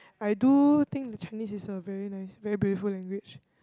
I do think that Chinese is a very nice very beautiful language